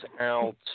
out